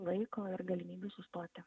laiko ir galimybių sustoti